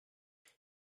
ich